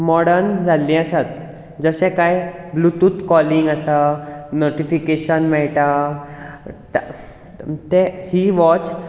modern जाल्लीं आसात जशें कांय ब्लूतूथ कॉलिंग आसा नोटिफिकेशन मेळटा ते ही वॉच